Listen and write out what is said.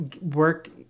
work